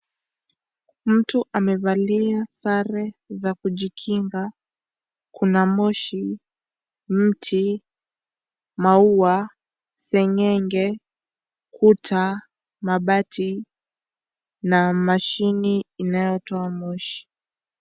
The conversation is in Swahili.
Mtu amevalia sare za kujikinga, kuna moshi, mti, maua, sengenge, kuta, mabati, na mashini inayotoa moshi.